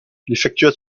effectue